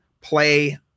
play